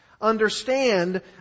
understand